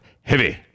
Heavy